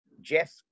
Jeff